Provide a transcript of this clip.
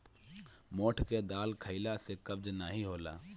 मोठ के दाल खईला से कब्ज नाइ होला